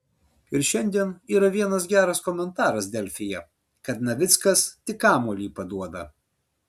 ir šiandien yra vienas geras komentaras delfyje kad navickas tik kamuolį paduoda